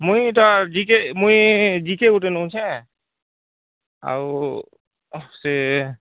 ମୁଇଁ ଟା ଜିକେ ମୁଇଁ ଜିକେ ଗୁଟେ ନଉଛେ ଆଉ ସେ